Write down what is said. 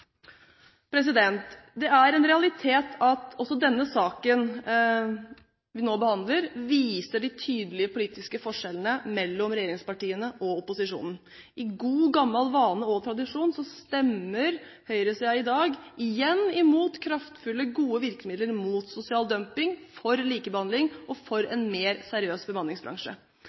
Det er en realitet at også denne saken vi nå behandler, tydelig viser de politiske forskjellene mellom regjeringspartiene og opposisjonen. Etter god gammel vane og tradisjon stemmer høyresiden i dag igjen mot kraftfulle, gode virkemidler mot sosial dumping, for likebehandling, og for en mer seriøs bemanningsbransje.